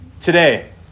today